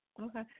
Okay